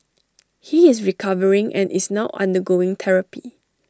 he is recovering and is now undergoing therapy